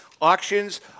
Auctions